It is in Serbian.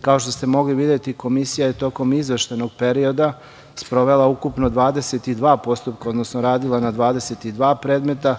Kao što ste mogli videti, Komisija je tokom izveštajnog perioda sprovela ukupno 22 postupka, odnosno radila na 22 predmeta,